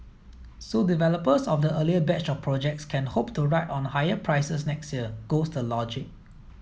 so developers of the earlier batch of projects can hope to ride on higher prices next year goes the logic